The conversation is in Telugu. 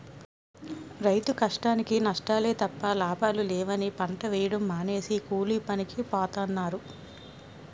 రైతు కష్టానికీ నష్టాలే తప్ప లాభాలు లేవని పంట వేయడం మానేసి కూలీపనికి పోతన్నారు